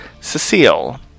Cecile